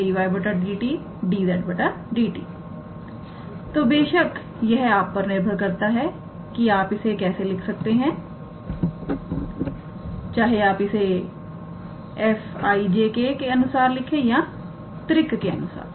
तो बेशक यह आप पर निर्भर करता है कि आप इसे कैसे लिख सकते हैं चाहे आप इसे 𝑖̂𝑗̂ 𝑘̂ के अनुसार लिखें या त्रिक के अनुसार